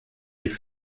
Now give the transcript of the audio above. die